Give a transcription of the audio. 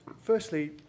Firstly